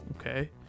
okay